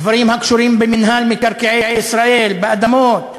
דברים הקשורים במינהל מקרקעי ישראל, באדמות,